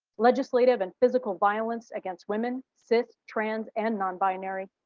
legislative and physical violence against women, cis, trans, and nonbinary,